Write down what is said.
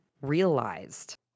realized